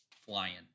flying